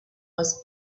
was